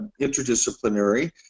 interdisciplinary